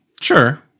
Sure